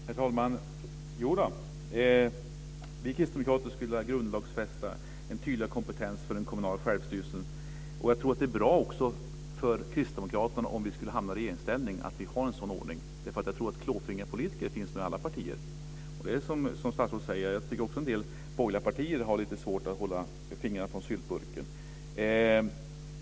Herr talman! Jo då, vi kristdemokrater skulle vilja grundlagsfästa en tydligare kompetens för den kommunala självstyrelsen. Jag tror också att det är bra för oss kristdemokrater om vi skulle hamna i regeringsställning att vi har en sådan ordning, därför att jag tror att det finns klåfingriga politiker i alla partier. Jag tycker, precis som statsrådet, att det finns en del borgerliga partier som har lite svårt att hålla fingrarna från syltburken.